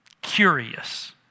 curious